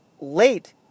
late